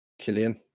Killian